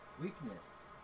weakness